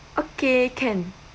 okay can